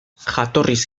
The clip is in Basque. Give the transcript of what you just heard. jatorriz